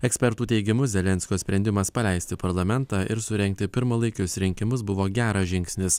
ekspertų teigimu zelenskio sprendimas paleisti parlamentą ir surengti pirmalaikius rinkimus buvo geras žingsnis